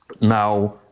now